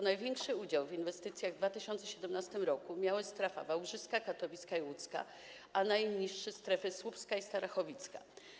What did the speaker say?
Największy udział w inwestycjach w 2017 r. miały strefy: wałbrzyska, katowicka i łódzka, a najniższy strefy: słupska i starachowicka.